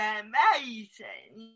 amazing